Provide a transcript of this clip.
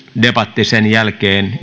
debatti sen jälkeen